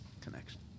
connection